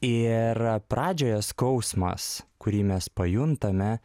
ir pradžioje skausmas kurį mes pajuntame